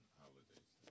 holidays